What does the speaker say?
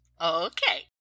okay